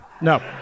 no